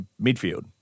midfield